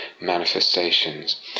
manifestations